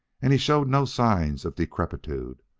and he showed no signs of decrepitude,